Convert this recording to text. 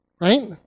Right